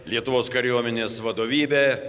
lietuvos kariuomenės vadovybė